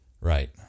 Right